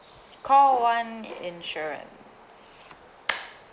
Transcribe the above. call one insurance